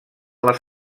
les